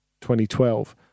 2012